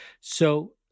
So-